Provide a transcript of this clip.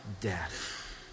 death